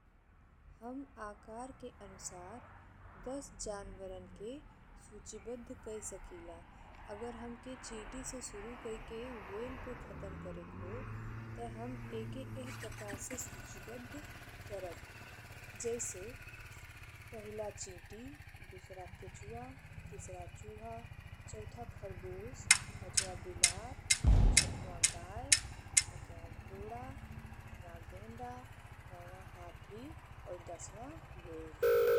हम आकार के अनुसार दस जानवरन के सूचीबद्ध कई सकिला। अगर हमके चींटी से शुरू कई के व्हेल पे खत्म करेक हो, ते हम ओके ई प्रकार से सूचीबद्ध करब। जैसे पहिला चींटी, दुसरा केचुआ, तिसरा चूहा, चौथा खरगोश, पाँचवा बिलाई, छठवा गाय, सातवाँ घोड़ा, आठवाँ गेंड़ा, नउवा हाथी और दसवाँ व्हेल।